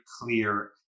clear